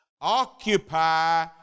Occupy